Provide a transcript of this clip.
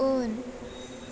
उन